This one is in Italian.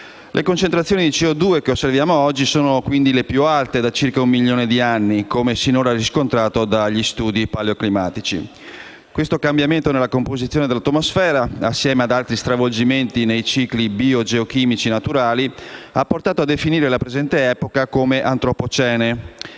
Le concentrazioni di CO2 che osserviamo oggi sono le più alte da circa un milione di anni, come finora riscontrate dagli studi paleoclimatici. Questo cambiamento nella composizione dell'atmosfera, assieme ad altri stravolgimenti dei cicli biogeochimici naturali, ha portato a definire la presente epoca come Antropocene